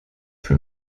für